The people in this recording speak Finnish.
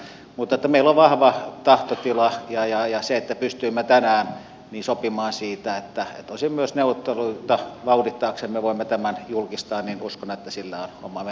mutta meillä on vahva tahtotila ja uskon että sillä että pystyimme tänään sopimaan siitä että osin myös neuvotteluita vauhdittaaksemme voimme tämän julkistaa on oma merkityksensä